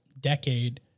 decade